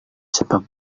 sepak